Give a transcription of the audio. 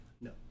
No